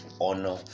honor